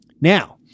Now